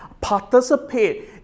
participate